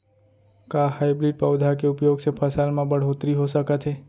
का हाइब्रिड पौधा के उपयोग से फसल म बढ़होत्तरी हो सकत हे?